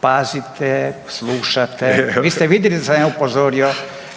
pazite, slušate. Vi ste vidjeli da sam ja upozorio